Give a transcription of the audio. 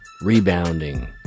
Rebounding